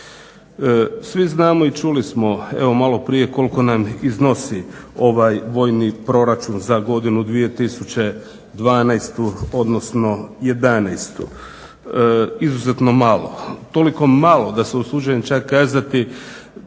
Svi znamo i čuli smo evo malo prije koliko nam iznosi ovaj vojni proračun za godinu 2012. odnosno jedanaestu. Izuzetno malo, toliko malo da se usuđujem čak kazati